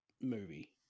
movie